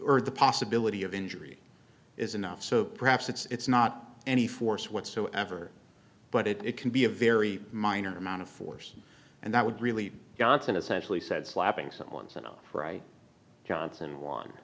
or the possibility of injury is enough so perhaps it's not any force whatsoever but it can be a very minor amount of force and that would really johnson essentially said slapping someone's little right johnson one